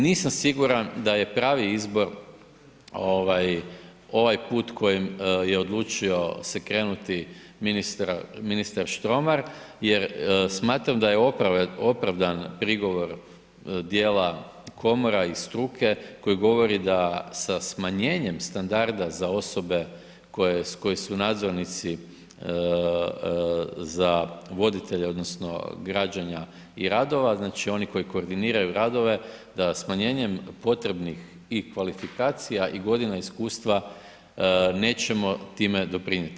Nisam siguran da je pravi izbor ovaj put kojim je odlučio se krenuti ministar Štromar jer smatram da je opravdan prigovor djela komora i struke koji govori da sa smanjenjem standarda za osobe koje su nadzornici za voditelje odnosno građenja i radova, odnosno oni koji koordiniraju radove da smanjenjem potrebnih i kvalifikacija i godina iskustva nećemo time doprinijeti.